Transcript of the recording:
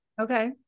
okay